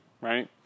right